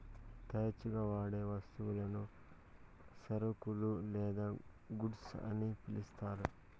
తరచుగా వాడే వస్తువులను సరుకులు లేదా గూడ్స్ అని పిలుత్తారు